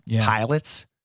pilots